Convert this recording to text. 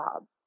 job